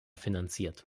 finanziert